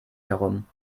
herum